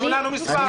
תנו לנו מספר.